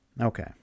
Okay